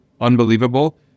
unbelievable